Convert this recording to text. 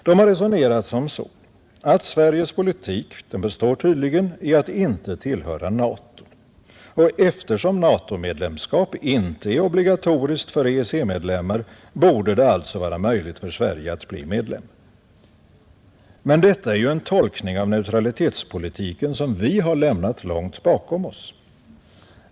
De har resonerat som så, att Sveriges politik tydligen består i att inte tillhöra NATO. Eftersom NATO medlemskap inte är obligatoriskt för EEC-medlemmar, borde det alltså vara möjligt för Sverige att bli medlem. Men detta är ju en tolkning av neutralitetspolitiken, som vi lämnat långt bakom oss.